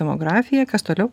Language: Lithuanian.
tomografiją kas toliau